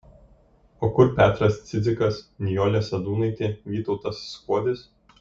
o kur petras cidzikas nijolė sadūnaitė vytautas skuodis